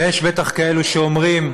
ויש בטח כאלה שאומרים,